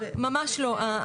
ממש לא.